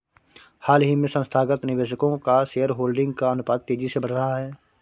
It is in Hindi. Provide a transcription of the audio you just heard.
हाल ही में संस्थागत निवेशकों का शेयरहोल्डिंग का अनुपात तेज़ी से बढ़ रहा है